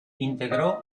integró